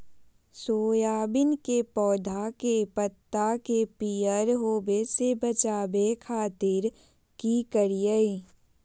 Soybean के पौधा के पत्ता के पियर होबे से बचावे खातिर की करिअई?